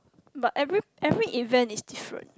but every every event is different